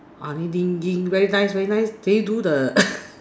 very nice very nice can you do the